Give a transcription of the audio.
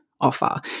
offer